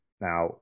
Now